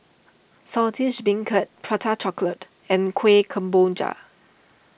Saltish Beancurd Prata Chocolate and Kuih Kemboja